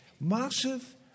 Massive